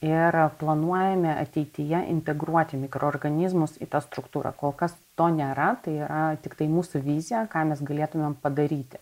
ir planuojame ateityje integruoti mikroorganizmus į tą struktūrą kol kas to nėra tai yra tiktai mūsų vizija ką mes galėtumėm padaryti